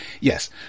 Yes